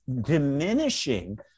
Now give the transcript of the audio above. diminishing